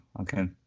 Okay